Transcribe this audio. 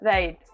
Right